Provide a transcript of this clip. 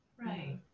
Right